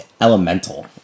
elemental